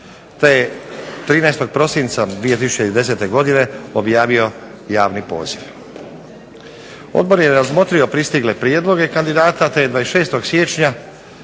te 13. prosinca 2010. godine objavio javni poziv. Odbor je razmotrio pristigle prijedloge kandidata te je 26.siječnja